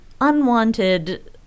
unwanted